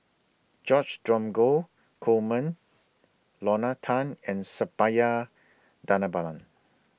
George Dromgold Coleman Lorna Tan and Suppiah Dhanabalan